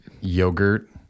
Yogurt